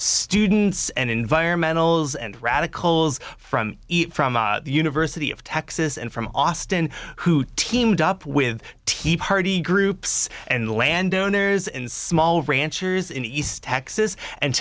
students and environmental zz and radicals from the university of texas and from austin who teamed up with tea party groups and landowners in small ranchers in east texas and